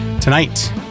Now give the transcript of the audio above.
Tonight